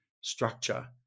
structure